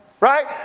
Right